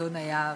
הטון היה פשוט,